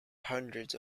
hundreds